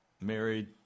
married